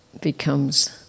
becomes